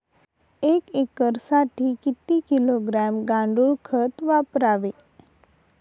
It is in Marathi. एक एकरसाठी किती किलोग्रॅम गांडूळ खत वापरावे?